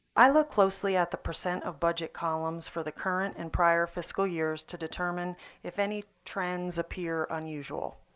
i look closely at the percent of budget columns for the current and prior fiscal years to determine if any trends appear unusual.